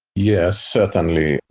yes, certainly.